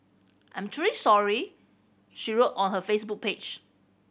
I'm truly sorry she wrote on her Facebook page